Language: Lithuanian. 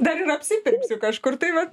dar ir apsipirksiu kažkur tai vat